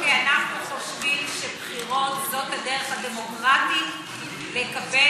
כי אנחנו חושבים שבחירות זאת הדרך הדמוקרטית לקבל,